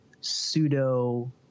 pseudo